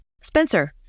Spencer